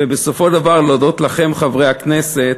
ובסופו של דבר, להודות לכם, חברי הכנסת,